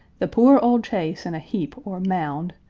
the poor old chaise in a heap or mound,